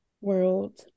world